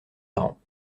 parents